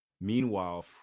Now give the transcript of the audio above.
Meanwhile